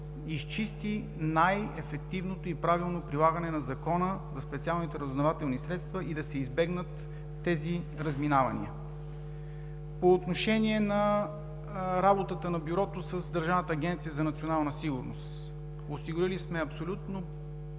изчисти най-ефективното и правилно прилагане на Закона за специалните разузнавателни средства, и да се избегнат тези разминавания. По отношение на работата на Бюрото с Държавната агенция за национална сигурност. Осигурили сме абсолютна